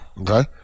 Okay